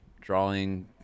drawing